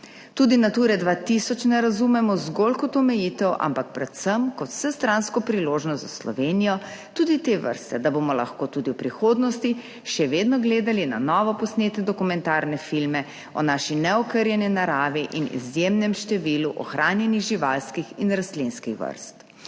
Tudi Nature 2000 ne razumemo zgolj kot omejitev, ampak predvsem kot vsestransko priložnost za Slovenijo tudi te vrste, da bomo lahko tudi v prihodnosti še vedno gledali na novo posnete dokumentarne filme o naši neokrnjeni naravi in izjemnem številu ohranjenih živalskih in rastlinskih vrst.